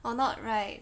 or not right